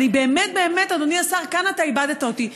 באמת באמת, אדוני השר, כאן אתה איבדת אותי.